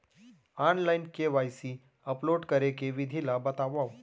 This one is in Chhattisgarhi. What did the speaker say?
ऑनलाइन के.वाई.सी अपलोड करे के विधि ला बतावव?